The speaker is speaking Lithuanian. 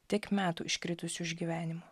tiek metų iškritusių iš gyvenimo